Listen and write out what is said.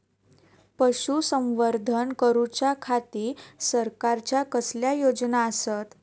पशुसंवर्धन करूच्या खाती सरकारच्या कसल्या योजना आसत?